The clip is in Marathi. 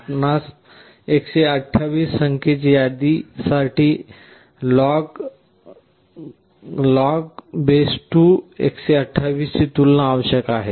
आपणास 128 संख्येच्या यादी साठी log2128 ची तुलना आवश्यक आहे